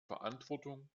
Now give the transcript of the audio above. verantwortung